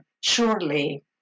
Surely